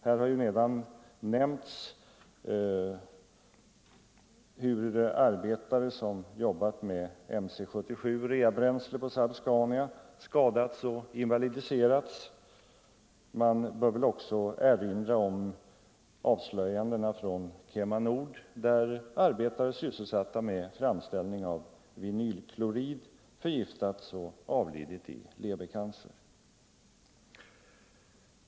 Det har redan nämnts hur de som arbetade med reabränslet MC 77 på Saab Scania skadats och invalidiserats. Vi bör också erinra om avslöjandena från KemaNord, där arbetare sysselsatta med framställning av vinylkiorid förgiftats och avlidit i levercancer.